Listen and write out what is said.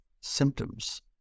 symptoms